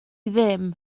ddim